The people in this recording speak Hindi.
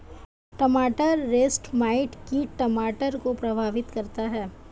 टमाटर रसेट माइट कीट टमाटर को प्रभावित करता है